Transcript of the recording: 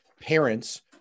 parents